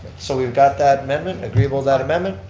so we've got that amendment. agreeable that amendment.